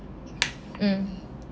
mm